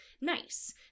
nice